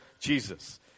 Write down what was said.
Jesus